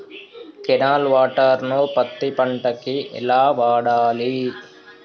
Canal water ను పత్తి పంట కి ఎలా వాడాలి?